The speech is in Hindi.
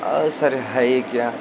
और सर है यह क्या